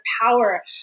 power